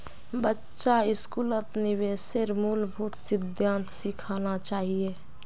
बच्चा स्कूलत निवेशेर मूलभूत सिद्धांत सिखाना चाहिए